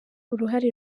uruhare